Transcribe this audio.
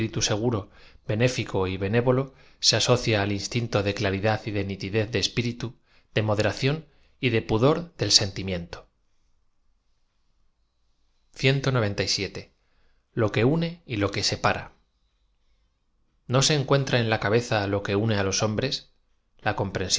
espiritu seguro benéfico y benévolo ae asocia al instinto de claridad y de nitidez de espiritu de moderación y de pudor del senti miento o une y lo que separa no ae encuentra en la cabeza lo que une los